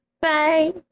Bye